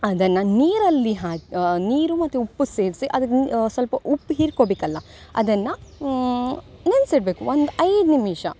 ಅದನ್ನು ನೀರಲ್ಲಿ ನೀರು ಮತ್ತು ಉಪ್ಪು ಸೇರಿಸಿ ಅದಕ್ಕೆ ಸ್ವಲ್ಪ ಉಪ್ ಹೀರ್ಕೋಬೇಕಲ್ಲ ಅದನ್ನು ನೆನ್ಸಿ ಇಡಬೇಕು ಒಂದು ಐದು ನಿಮಿಷ